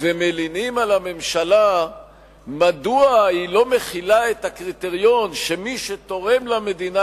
ומלינים על הממשלה מדוע היא לא מחילה את הקריטריון שמי שתורם למדינה